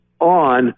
on